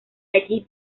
allí